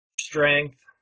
strength